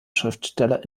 schriftsteller